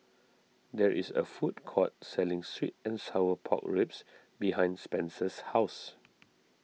there is a food court selling Sweet and Sour Pork Ribs behind Spenser's house